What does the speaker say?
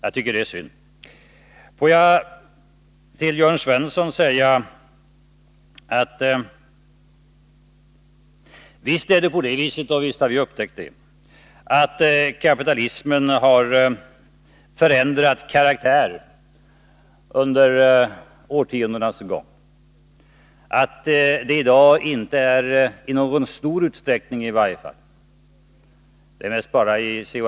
Får jag till Jörn Svensson säga att visst är det på det viset, och visst har vi upptäckt det, att kapitalismen har ändrat karaktär under årtiondenas gång. Det äri dag inte— i varje fall inte i någon stor utsträckning, det är mest i C.-H.